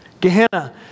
Gehenna